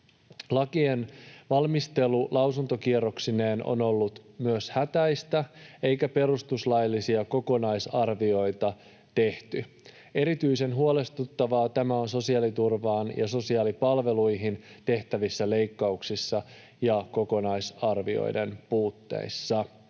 Lakien valmistelu lausuntokierroksineen on ollut myös hätäistä, eikä perustuslaillisia kokonaisarvioita tehty. Erityisen huolestuttavaa tämä on sosiaaliturvaan ja sosiaalipalveluihin tehtävissä leikkauksissa ja kokonaisarvioiden puutteessa.